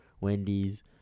Wendy's